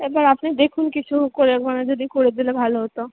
এবার আপনি দেখুন কিছু করে মানে যদি করে দিলে ভালো হতো